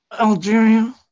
Algeria